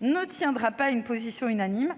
ne tiendra pas une position unanime.